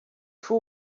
two